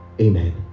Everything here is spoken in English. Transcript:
Amen